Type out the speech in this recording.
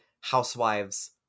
Housewives